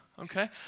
okay